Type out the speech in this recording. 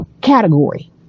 category